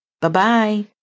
Bye-bye